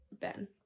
ben